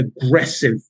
aggressive